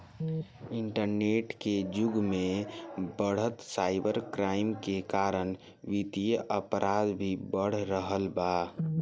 internet के जुग में बढ़त साइबर क्राइम के कारण वित्तीय अपराध भी बढ़ रहल बा